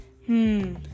Hmm